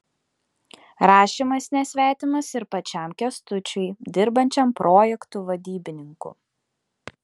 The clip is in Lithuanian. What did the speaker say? rašymas nesvetimas ir pačiam kęstučiui dirbančiam projektų vadybininku